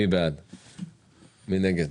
מי נגד?